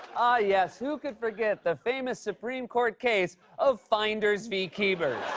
yes. who could forget the famous supreme court case of finders v. keepers.